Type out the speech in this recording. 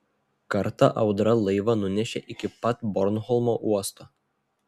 kartą audra laivą nunešė iki pat bornholmo uosto